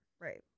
right